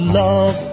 love